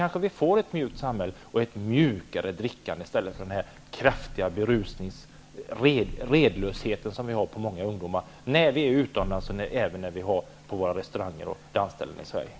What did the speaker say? Då får vi kanske ett mjukt samhälle och ett mjukare drickande i stället för den kraftiga berusning, den redlöshet som förekommer hos många ungdomar när vi är utomlands, och även på våra restauranger och dansställen i Sverige.